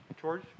George